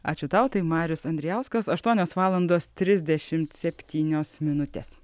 ačiū tau tai marius andrijauskas aštuonios valandos trisdešimt septynios minutės